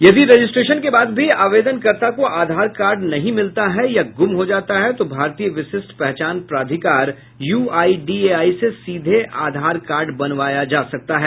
यदि रजिस्ट्रेशन के बाद भी आवेदनकर्ता को आधार कार्ड नहीं मिलता है या गुम हो जाता है तो भारतीय विशिष्ठ पहचान प्राधिकार यूआईडीएआई से सीधे आधार कार्ड बनावाया जा सकता है